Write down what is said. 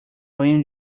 banho